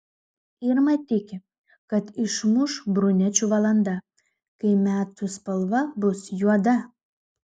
irma tiki kad išmuš brunečių valanda kai metų spalva bus juoda